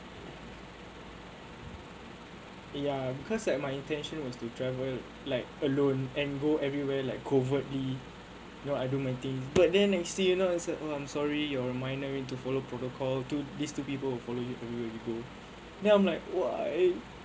ya cause like my intention was to travel like alone and go everywhere like covertly you know I do my thing but then actually you know is like oh I'm sorry you are a minor need to follow protocol two these two people will follow you wherever you go then I'm like why